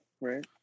right